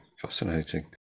Fascinating